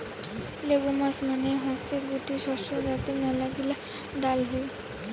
legumes মানে হসে গুটি শস্য যাতে মেলাগিলা ডাল হই